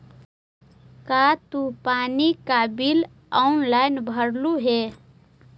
का तू पानी का बिल ऑनलाइन भरलू हे